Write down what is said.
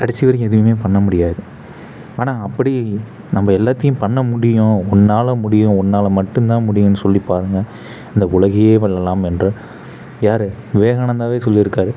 கடைசி வரைக்கும் எதுவுமே பண்ண முடியாது ஆனால் அப்படி நம்ம எல்லாத்தையும் பண்ண முடியும் உன்னால் முடியும் உன்னால் மட்டுந்தான் முடியும்னு சொல்லி பாருங்க இந்த உலகையே வெல்லலாம் என்ற யார் விவேகானந்தாவே சொல்லியிருக்காரு